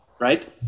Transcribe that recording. Right